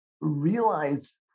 realize